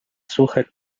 suche